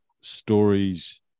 stories